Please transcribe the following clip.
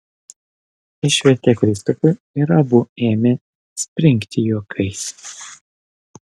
išvertė kristupui ir abu ėmė springti juokais